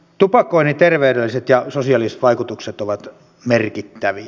tupakoinnin terveydelliset ja sosiaaliset vaikutukset ovat merkittäviä